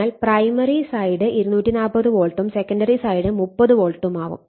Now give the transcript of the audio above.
അതിനാൽ primary side 240 വോൾട്ടും secondary side 30 വോൾട്ടും ആവും